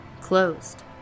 closed